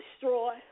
destroy